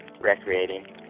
recreating